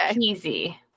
Easy